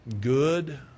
good